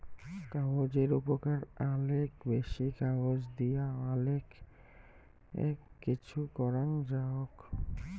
কাগজের উপকার অলেক বেশি, কাগজ দিয়া অলেক কিছু করাং যাওক